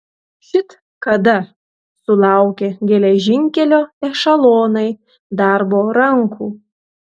šit kada sulaukė geležinkelio ešelonai darbo rankų